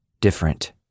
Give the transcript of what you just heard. Different